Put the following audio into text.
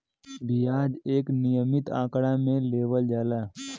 बियाज एक नियमित आंकड़ा मे लेवल जाला